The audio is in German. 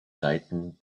seiten